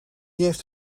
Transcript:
heeft